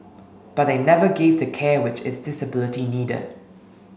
but they never gave the care which it's disability needed